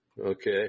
Okay